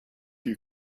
you